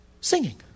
Singing